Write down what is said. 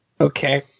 Okay